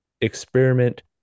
experiment